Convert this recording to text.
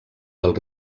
del